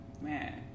man